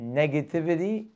negativity